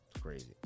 crazy